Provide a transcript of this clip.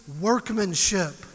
workmanship